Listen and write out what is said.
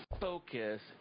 focus